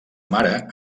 mare